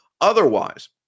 otherwise